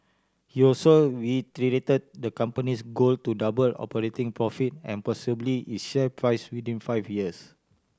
he also reiterated the company's goal to double operating profit and possibly its share price within five years